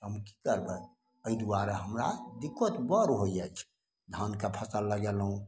तऽ हम कि करबै एहि दुआरे हमरा दिक्कत बड़ होइ अछि धानके फसिल लगेलहुँ